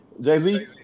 Jay-Z